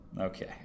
Okay